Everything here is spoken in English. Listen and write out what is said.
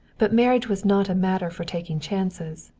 but marriage was not a matter for taking chances.